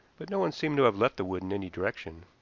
but no one seemed to have left the wood in any direction.